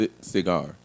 cigar